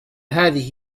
هذه